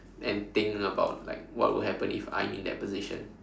and think about like what will happen if I'm in that position